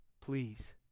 please